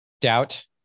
Doubt